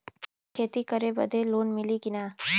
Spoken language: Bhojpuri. खेती करे बदे लोन मिली कि ना?